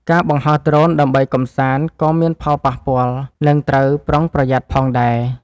ការបង្ហោះដ្រូនដើម្បីកម្សាន្ត ក៏មានផលប៉ះពាល់ និងត្រូវប្រុងប្រយ័ត្នផងដែរ។